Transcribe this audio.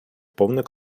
повний